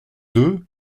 deux